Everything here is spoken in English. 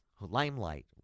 Limelight